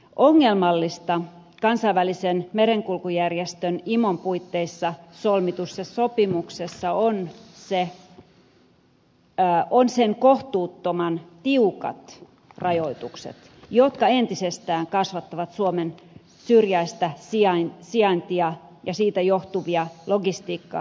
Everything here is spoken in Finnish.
ongelmallista kansainvälisen merenkulkujärjestön imon puitteissa solmitussa sopimuksessa on sen kohtuuttoman tiukat rajoitukset jotka entisestään kasvattavat suomen syrjäisestä sijainnista johtuvia logistiikkakustannuksia